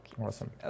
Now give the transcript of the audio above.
awesome